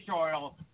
oil